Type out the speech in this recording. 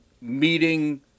meeting